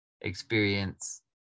experience